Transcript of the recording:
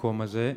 למקום הזה,